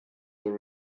were